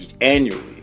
Annually